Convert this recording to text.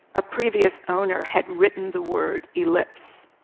a previous owner had written the word ellipse,